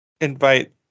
invite